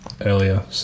earlier